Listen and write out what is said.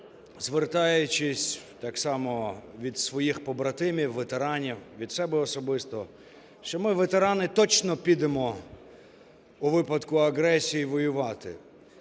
звертаючись так само від своїх побратимів, ветеранів, від себе особисто, що ми, ветерани, точно, підемо у випадку агресії воювати.